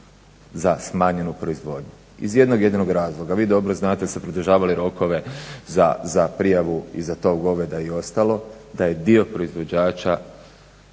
za smanjenu proizvodnju, iz jednog jedinog razloga. Vi dobro znate da ste produžavali rokove za prijavu i za tov goveda i za ostalo, da je dio proizvođača